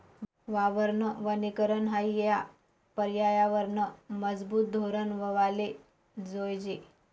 वावरनं वनीकरन हायी या परयावरनंनं मजबूत धोरन व्हवाले जोयजे